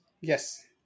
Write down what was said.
Yes